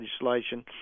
legislation